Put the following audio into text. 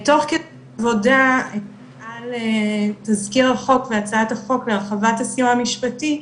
תוך כדי עבודה על תזכיר החוק מהצעת החוק להרחבת הסיוע המשפטי,